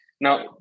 Now